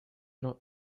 not